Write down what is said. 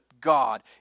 God